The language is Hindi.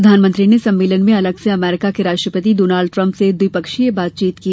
प्रधानमंत्री ने सम्मेलन में अलग से अमेरिका के राष्ट्रपति डोनाल्ड ट्रंप से द्विपक्षीय बातचीत की